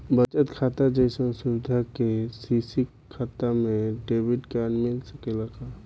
बचत खाता जइसन सुविधा के.सी.सी खाता में डेबिट कार्ड के मिल सकेला का?